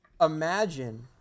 imagine